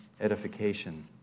edification